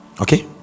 Okay